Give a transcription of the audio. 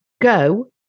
go